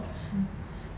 mm